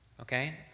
okay